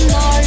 no